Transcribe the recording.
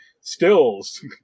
stills